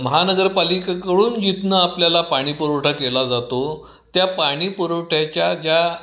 महानगरपालिकेकडून जिथून आपल्याला पाणीपुरवठा केला जातो त्या पाणीपुरवठ्याच्या ज्या